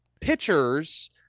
pitchers